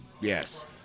yes